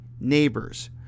neighbors